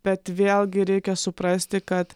bet vėlgi reikia suprasti kad